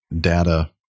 data